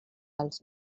als